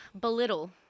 belittle